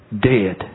dead